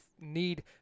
need